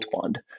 Fund